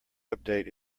update